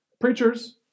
Preachers